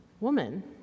Woman